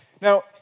Now